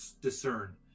discern